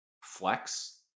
flex